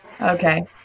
Okay